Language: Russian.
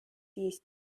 есть